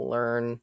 Learn